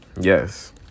Yes